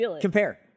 Compare